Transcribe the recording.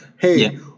hey